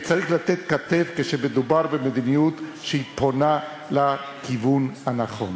צריך לתת כתף כשמדובר במדיניות שפונה בכיוון הנכון.